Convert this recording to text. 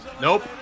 Nope